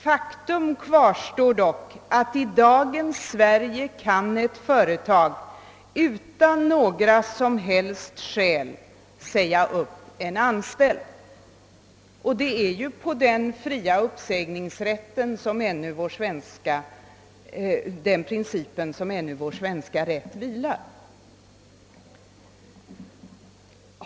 Faktum kvarstår dock att i dagens Sverige kan ett företag utan några som helst skäl säga upp en anställd.» Och det är ju på principen om den fria uppsägningsrätten som vår rätt ännu vilar.